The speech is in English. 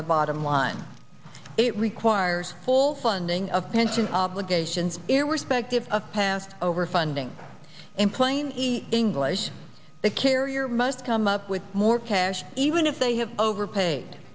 the bottom line it requires full funding of pension obligations irrespective of past over funding in plain english the carrier must come up with more cash even if they have overpaid